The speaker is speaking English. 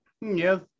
Yes